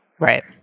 Right